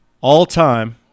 All-time